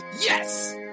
Yes